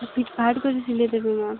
ଫିଟ୍ଫାଟ୍ କରି ସିଲେଇ ଦେବି ମ୍ୟାମ୍